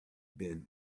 been